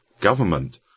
government